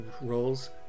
roles